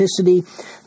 authenticity